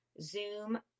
Zoom